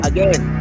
Again